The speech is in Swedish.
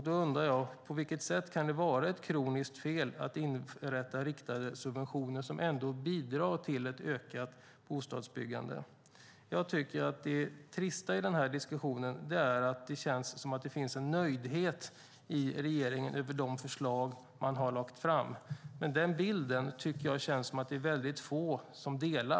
Då undrar jag: På vilket sätt kan det vara ett kroniskt fel att inrätta riktade subventioner som ändå bidrar till ett ökat bostadsbyggande? Jag tycker att det trista i den här diskussionen är att det känns som om det finns en nöjdhet i regeringen över de förslag man har lagt fram. Men den bilden upplever jag att det är väldigt få som delar.